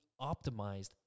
optimized